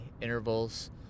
intervals